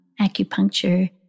acupuncture